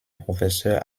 professeur